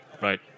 right